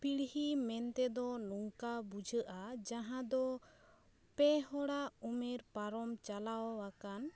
ᱯᱤᱲᱦᱤ ᱢᱮᱱᱛᱮ ᱫᱚ ᱱᱚᱝᱠᱟ ᱵᱩᱡᱷᱟᱹᱜᱼᱟ ᱡᱟᱦᱟᱸ ᱫᱚ ᱯᱮ ᱦᱚᱲᱟᱜ ᱩᱢᱮᱨ ᱯᱟᱨᱚᱢ ᱪᱟᱞᱟᱣᱟᱠᱟᱱ